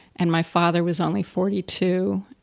and my father was only forty two.